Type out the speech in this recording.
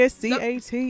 CAT